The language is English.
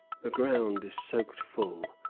the ground is soaked full,